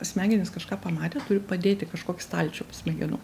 smegenys kažką pamatė turi padėt į kažkokį stalčių smegenų